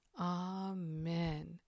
Amen